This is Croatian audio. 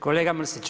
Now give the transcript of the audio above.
Kolega Mrsić.